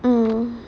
mm